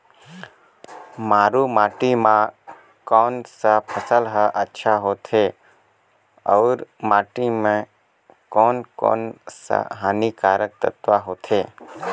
मारू माटी मां कोन सा फसल ह अच्छा होथे अउर माटी म कोन कोन स हानिकारक तत्व होथे?